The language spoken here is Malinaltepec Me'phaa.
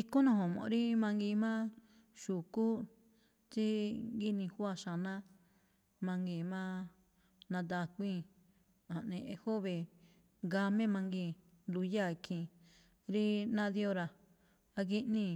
Ikhúúnꞌ na̱ju̱mu̱ꞌ rí mangiin máꞌ xukú tsí gíi- ni̱júwa̱ xanáá mangii̱n máá nadaa a̱kuíi̱n, jaꞌne júve̱e̱ ngamíi mangii̱n, nduyáa i̱khii̱n rí náá dí óra̱ ágíꞌníi̱,